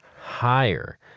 higher